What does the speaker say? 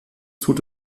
tut